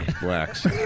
Blacks